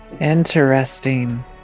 Interesting